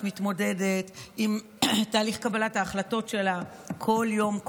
מתמודדת עם תהליך קבלת ההחלטות שלה כל יום,